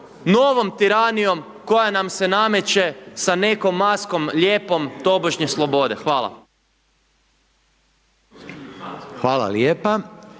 novom tiranijom koja nam se nameće sa nekom maskom lijepom tobožnje slobode, hvala. **Reiner,